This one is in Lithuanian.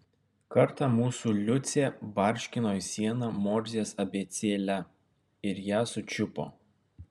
kartą mūsų liucė barškino į sieną morzės abėcėle ir ją sučiupo